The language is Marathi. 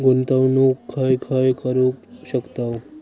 गुंतवणूक खय खय करू शकतव?